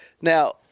Now